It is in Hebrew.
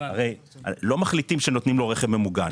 הרי לא מחליטים שנותנים לו רכב ממוגן,